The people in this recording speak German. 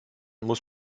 muss